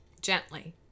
gently